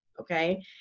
Okay